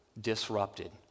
disrupted